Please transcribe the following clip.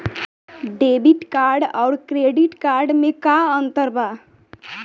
Debit card आउर credit card मे का अंतर बा?